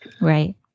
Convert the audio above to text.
Right